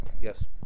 Yes